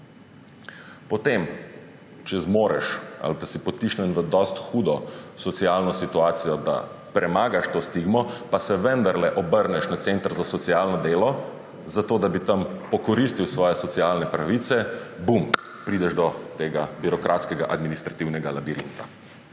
Potem, če zmoreš ali pa si potisnjen v dosti hudo socialno situacijo, da premagaš to stigmo pa se vendarle obrneš na center za socialno delo, zato da bi tam pokoristil svoje socialne pravice – bum, prideš do tega birokratskega administrativnega labirinta,